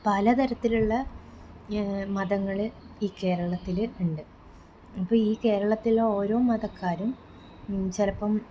പലതരത്തിലുള്ള മതങ്ങള് ഈ കേരളത്തില് ഉണ്ട് അപ്പം ഈ കേരളത്തിലെ ഓരോ മതക്കാരും ചിലപ്പം